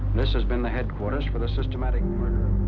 this has been the headquarters for the systematic murder.